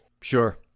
Sure